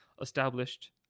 established